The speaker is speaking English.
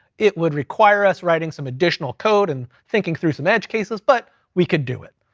it would require us writing some additional code, and thinking through some edge cases, but we could do it.